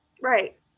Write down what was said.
Right